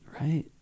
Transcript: right